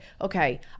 okay